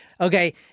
Okay